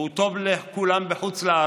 והוא טוב לכולם בחו"ל,